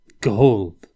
gold